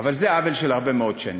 אבל זה עוול של הרבה מאוד שנים.